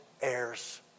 heirs